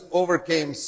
overcame